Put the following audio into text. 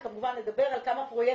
אני כמובן אדבר על כמה פרויקטים.